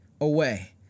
away